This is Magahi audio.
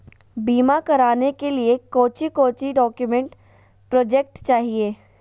बीमा कराने के लिए कोच्चि कोच्चि डॉक्यूमेंट प्रोजेक्ट चाहिए?